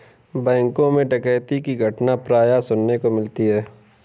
बैंकों मैं डकैती की घटना प्राय सुनने को मिलती है